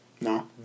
No